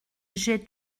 j’ai